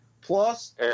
Plus